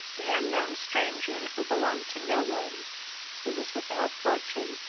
the unknown stranger, who belonged to no one who was without fortune,